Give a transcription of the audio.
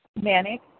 manic